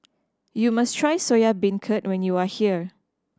you must try Soya Beancurd when you are here